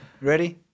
Ready